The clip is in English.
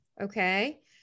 okay